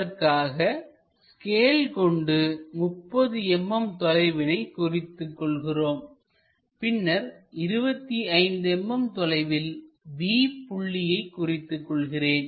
அதற்காக ஸ்கேல் கொண்டு 30 mm தொலைவினை குறித்து கொள்கிறோம் பின்னர் 25 mm தொலைவில் b புள்ளியை குறித்துக் கொள்கிறேன்